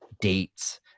dates